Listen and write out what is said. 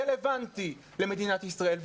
רלוונטי למדינת ישראל.